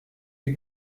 die